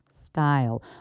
style